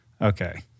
okay